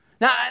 Now